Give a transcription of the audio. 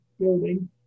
building